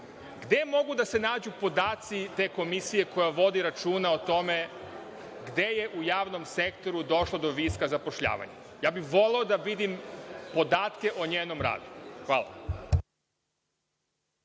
gde mogu da se nađu podaci te komisije koja vodi računa o tome gde je u javnom sektoru došlo do viška zapošljavanja? Ja bih voleo da vidim podatke o njenom radu. Hvala.